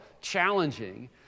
challenging